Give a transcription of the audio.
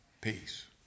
Peace